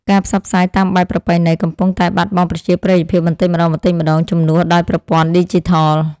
ការផ្សព្វផ្សាយតាមបែបប្រពៃណីកំពុងតែបាត់បង់ប្រជាប្រិយភាពបន្តិចម្តងៗជំនួសដោយប្រព័ន្ធឌីជីថល។